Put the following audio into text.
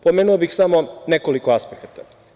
Pomenuo bih samo nekoliko aspekata.